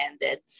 ended